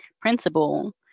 principle